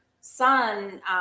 son